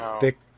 thick